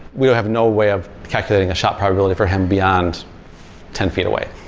we have no way of calculating a shot probability for him beyond ten feet away,